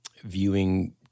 viewing